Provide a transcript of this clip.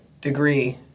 degree